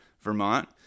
Vermont